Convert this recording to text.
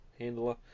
handler